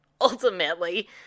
ultimately